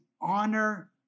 honor